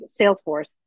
salesforce